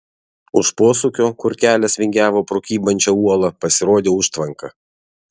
už posūkio kur kelias vingiavo pro kybančią uolą pasirodė užtvanka